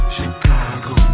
Chicago